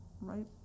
right